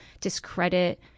discredit